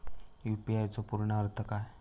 UPI चो पूर्ण अर्थ काय?